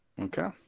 Okay